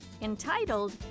entitled